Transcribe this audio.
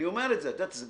אני אומר את זה באמת,